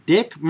Dick